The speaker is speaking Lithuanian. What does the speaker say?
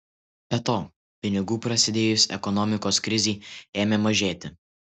be to pinigų prasidėjus ekonomikos krizei ėmė mažėti